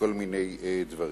בכל מיני דברים.